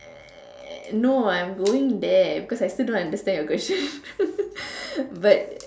err no I'm going there because I still don't understand your question but